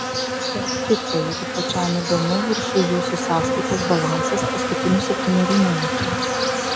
tarp kitko jeigu pačiam įdomu viršuj jūsų sąskaitos balansas paskutinių septynerių metų